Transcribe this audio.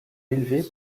élevé